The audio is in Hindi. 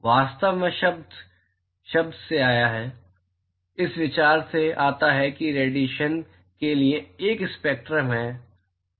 वास्तव में शब्द शब्द से आया है इस विचार से आता है कि रेडिएशन के लिए एक स्पेक्ट्रम है